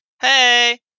hey